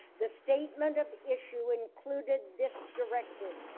the statement of issue included this direction,